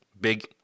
big